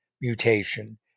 mutation